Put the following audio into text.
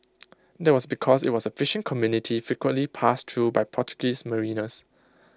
that was because IT was A fishing community frequently passed through by Portuguese mariners